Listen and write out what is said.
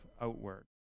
outward